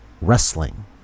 Wrestling